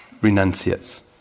renunciates